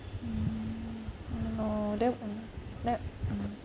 mm oh no then orh lab mm